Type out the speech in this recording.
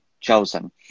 chosen